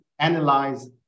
analyze